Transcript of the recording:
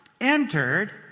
entered